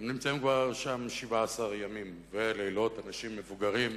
הם נמצאים שם כבר 17 ימים ולילות, אנשים מבוגרים,